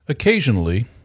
Occasionally